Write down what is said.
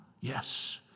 Yes